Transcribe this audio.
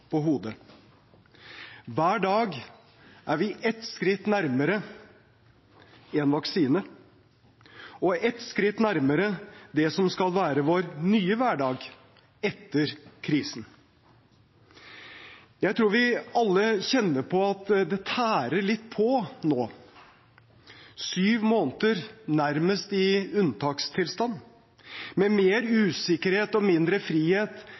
på hodet. Hver dag er vi ett skritt nærmere en vaksine og ett skritt nærmere det som skal være vår nye hverdag, etter krisen. Jeg tror vi alle kjenner på at det tærer litt på nå – syv måneder nærmest i unntakstilstand, med mer usikkerhet og mindre frihet